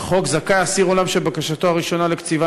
לחוק זכאי אסיר עולם שבקשתו הראשונה לקציבה